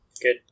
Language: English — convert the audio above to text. Good